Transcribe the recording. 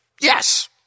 yes